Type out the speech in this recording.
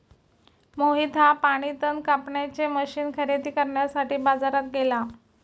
मोहित हा पाणी तण कापण्याचे मशीन खरेदी करण्यासाठी बाजारात गेला